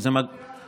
ממקום